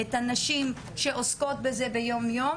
את הנשים שעוסקות בזה ביום-יום,